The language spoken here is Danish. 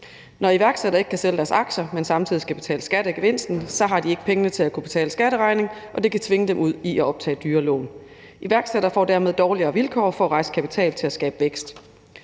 Når iværksættere ikke kan sælge deres aktier, men samtidig skal betale skat af gevinsten, har de ikke pengene til at kunne betale skatteregningen, og det kan tvinge dem ud i at optage dyre lån. Iværksættere får dermed dårligere vilkår for at rejse kapital til at skabe vækst.